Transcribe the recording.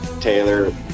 Taylor